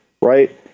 right